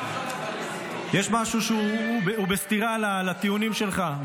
יש משהו שהוא בסתירה לטיעונים שלך,